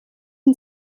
een